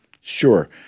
Sure